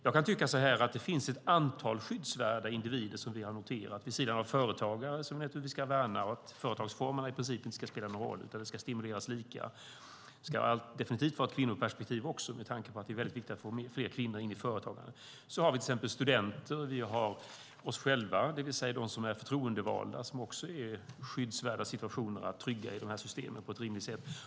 Jag kan tycka att det finns ett antal skyddsvärda individer, som vi har noterat, vid sidan av företagare. Företagsformerna ska i princip inte spela någon roll; alla ska stimuleras lika. Det ska definitivt vara ett kvinnoperspektiv med tanke på att det är viktigt att få fler kvinnor in i företagande. Vi har till exempel studenter och oss själva, det vill säga förtroendevalda, som är skyddsvärda.